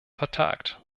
vertagt